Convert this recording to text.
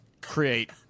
create